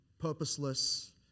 purposeless